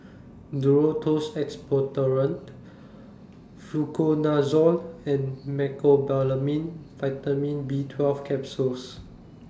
Duro Tuss Expectorant Fluconazole and Mecobalamin Vitamin B twelve Capsules